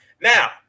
Now